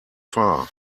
far